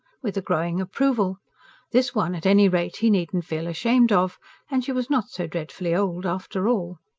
with a growing approval this one at any rate he needn't feel ashamed of and she was not so dreadfully old after all.